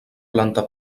planta